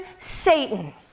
Satan